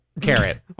Carrot